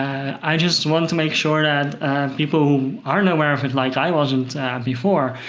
i just want to make sure that people who aren't aware of it like i wasn't before,